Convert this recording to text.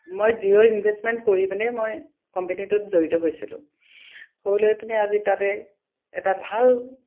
মই zero investment কৰি পিনে মই কোম্পেনীটোত জড়িত হৈছিলোঁ হৈ লৈ পিনে আজি তাতে এটা ভাল